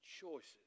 choices